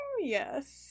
yes